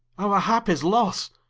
our hap is losse,